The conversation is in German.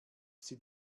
sie